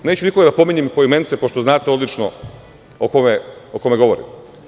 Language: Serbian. Neću nikoga da pominjem poimence, pošto znate odlično o kome govorim.